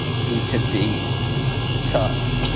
he could be tough.